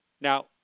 Now